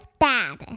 Dad